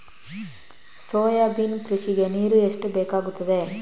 Soybean ಕೃಷಿಗೆ ನೀರು ಎಷ್ಟು ಬೇಕಾಗುತ್ತದೆ?